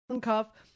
Cuff